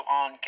on